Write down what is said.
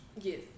Yes